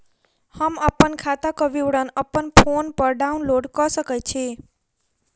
हम अप्पन खाताक विवरण अप्पन फोन पर डाउनलोड कऽ सकैत छी?